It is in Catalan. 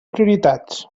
prioritats